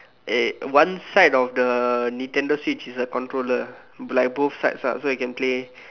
eh one side of the Nintendo-Switch is a controller like both sides ah so you can play